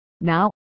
Now